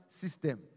system